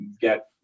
get